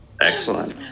Excellent